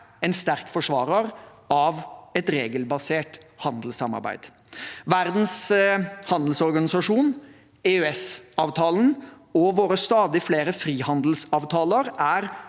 en sterk forsvarer av et regelbasert handelssamarbeid. Verdens handelsorganisasjon, EØS-avtalen og våre stadig flere frihandelsavtaler er